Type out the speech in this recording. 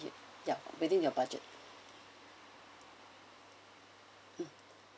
yup within your budget mm